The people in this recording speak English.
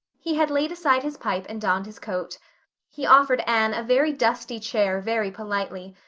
he had laid aside his pipe and donned his coat he offered anne a very dusty chair very politely,